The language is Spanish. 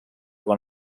con